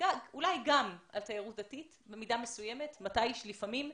אולי גם על תיירות דתית, במידה מסוימת, לפעמים,